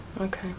Okay